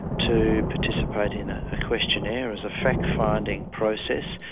to participate in ah a questionnaire as a fact-finding process.